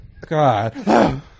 God